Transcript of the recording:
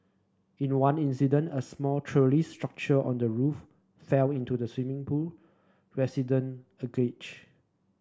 in one incident a small trellis structure on the roof fell into the swimming pool resident alleged